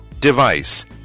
Device